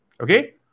Okay